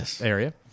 area